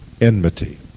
enmity